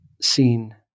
seen